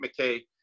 McKay